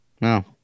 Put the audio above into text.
No